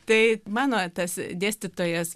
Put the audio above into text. tai mano tas dėstytojas